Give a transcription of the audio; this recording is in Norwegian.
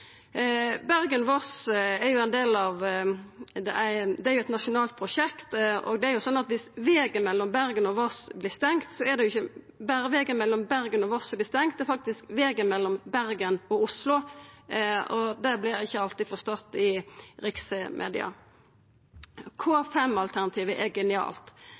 Bergen og Voss vert stengd, er det ikkje berre vegen mellom Bergen og Voss som vert stengd, men det er faktisk vegen mellom Bergen og Oslo. Det vert ikkje alltid forstått i riksmedia. K5-alternativet er